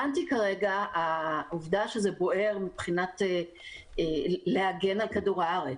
כרגע העובדה שזה בוער מבחינת הגנה על כדור הארץ.